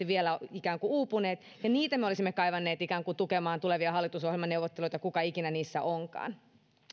vielä uupuneet ja niitä me olisimme kaivanneet tukemaan tulevia hallitusohjelmaneuvotteluita kuka ikinä niissä onkaan